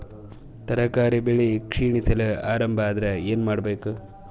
ತರಕಾರಿ ಬೆಳಿ ಕ್ಷೀಣಿಸಲು ಆರಂಭ ಆದ್ರ ಏನ ಮಾಡಬೇಕು?